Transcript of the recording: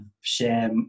share